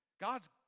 God's